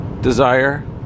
desire